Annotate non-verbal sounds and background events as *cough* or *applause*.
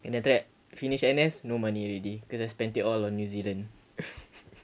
and then after that finished N_S no money already cause I spent it all on new zealand *laughs*